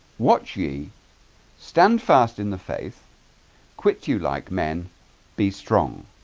what she stand fast in the faith quit you like men be strong